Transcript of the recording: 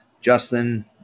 Justin